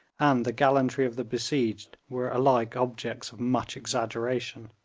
and the gallantry of the besieged, were alike objects of much exaggeration.